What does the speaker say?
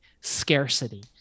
scarcity